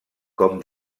com